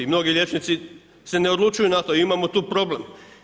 Mnogi liječnici se ne odlučuju na to i imamo tu problem.